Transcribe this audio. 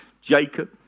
Jacob